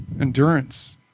endurance